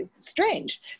strange